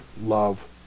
love